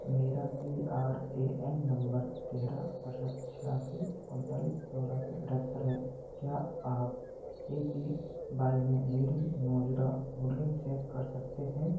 मेरा P R A N number तेरह सड़सठ छियासी उनतालीस चौरासी अठहत्तर है क्या आप ए पी बाई में मेरी मौजूदा होल्डिंग चेक कर सकते हैं